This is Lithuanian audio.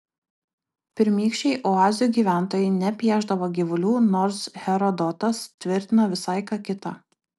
pirmykščiai oazių gyventojai nepiešdavo gyvulių nors herodotas tvirtina visai ką kita